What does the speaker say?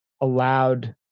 allowed